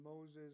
Moses